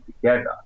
together